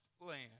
land